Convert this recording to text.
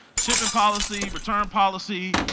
shipping policy, return policy,